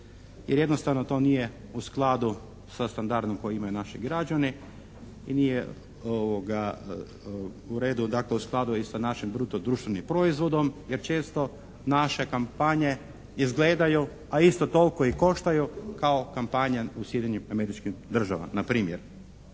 jer jednostavno to nije u skladu sa standardom koji imaju naši građani i nije u redu, dakle u skladu i sa našim bruto društvenim proizvodom jer često naše kampanje izgledaju a isto toliko i koštaju kao kampanje u Sjedinjenim Američkim Državama na primjer.